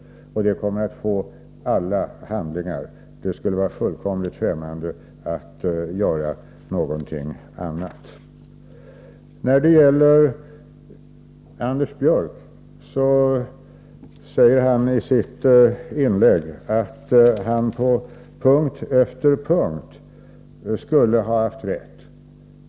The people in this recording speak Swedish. Utskottet kommer att få alla handlingar — något annat vore oss fullkomligt främmande. Anders Björck sade i sitt inlägg att han på punkt efter punkt skulle ha haft rätt.